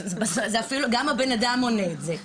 גם הבן אדם עונה את זה.